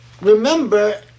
remember